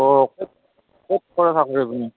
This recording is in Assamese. অঁ ক'ত ক'ত কৰে চাকৰি আপুনি